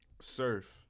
surf